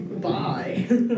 Bye